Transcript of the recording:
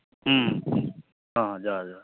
ᱦᱮᱸ ᱡᱚᱦᱟᱨ ᱡᱚᱦᱟᱨ